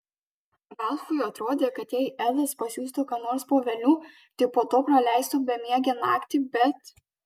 ralfui atrodė kad jei edas pasiųstų ką nors po velnių tai po to praleistų bemiegę naktį bet